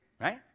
right